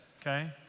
okay